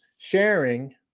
Sharing